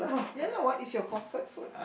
ya lah what is your comfort food